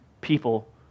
people